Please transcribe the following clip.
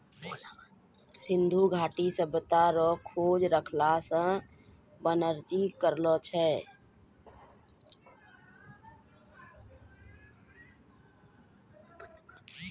सिन्धु घाटी सभ्यता रो खोज रखालदास बनरजी करलो छै